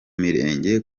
mirenge